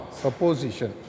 supposition